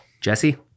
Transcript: Jesse